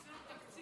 זה תקציר.